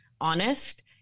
honest